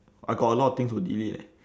I got a lot things to delete eh